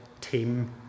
team